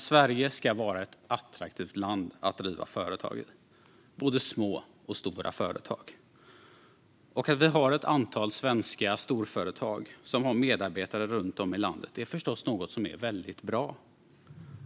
Sverige ska vara ett attraktivt land att driva företag i, både små och stora företag, och att vi har ett antal svenska storföretag som har medarbetare runt om i världen är förstås något som är väldigt bra.